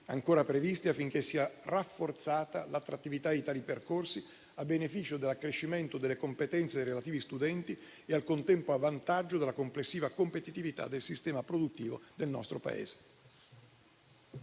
ancora previsti, affinché sia rafforzata l'attrattività di tali percorsi a beneficio dell'accrescimento delle competenze dei relativi studenti e al contempo a vantaggio della complessiva competitività del sistema produttivo del nostro Paese.